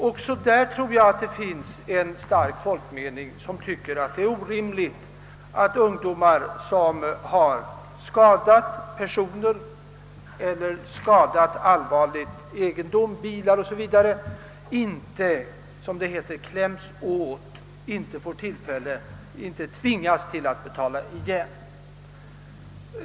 Också där finns det en stark folkmening, enligt vilken det är orimligt att ungdomar som har skadat personer eller allvarligt skadat egendom, bilar 0. s. v., inte som det heter kläms åt, inte tvingas till att betala igen.